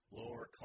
lower